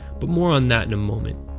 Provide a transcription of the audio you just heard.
but more on that in a moment.